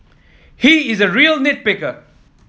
he is a real nit picker